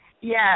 Yes